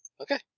Okay